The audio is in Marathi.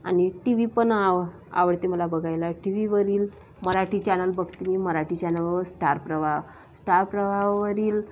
आणि टी व्ही पण आव आवडते मला बघायला टी व्हीवरील मराठी चॅनल बघते मी मराठी चॅनलवर स्टार प्रवाह स्टार प्रवाहवरील